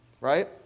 Right